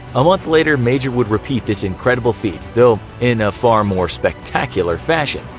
a month later, major would repeat this incredible feat, though in a far more spectacular fashion.